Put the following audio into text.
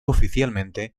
oficialmente